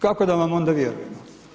Kako da vam onda vjerujemo?